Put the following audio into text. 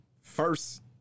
first